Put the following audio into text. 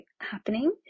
happening